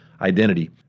identity